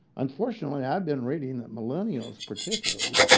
unfortunately, i've been reading that millennials, particularly,